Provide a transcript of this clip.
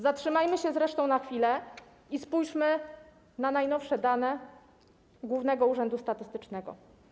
Zatrzymajmy się zresztą na chwilę i spójrzmy na najnowsze dane Głównego Urzędu Statystycznego.